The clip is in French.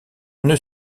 une